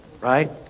right